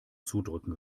zudrücken